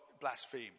blaspheme